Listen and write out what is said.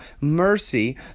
mercy